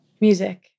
Music